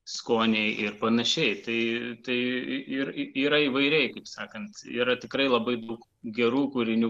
skoniai ir panašiai tai ir yra įvairiai kaip sakant yra tikrai labai daug gerų kūrinių